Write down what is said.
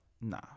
Nah